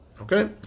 Okay